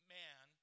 man